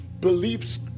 beliefs